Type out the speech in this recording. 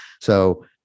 So-